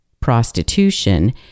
prostitution